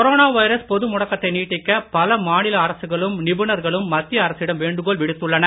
corona virus பொதுமுடக்கத்தை நீட்டிக்க பல மாநில அரசுகளும் நிபுணர்களும் மத்திய அரசிடம் வேண்டுகோள் விடுத்துள்ளனர்